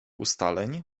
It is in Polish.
ustaleń